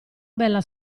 bella